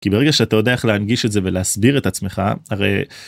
כי ברגע שאתה יודע איך להנגיש את זה ולהסביר את עצמך, הרי...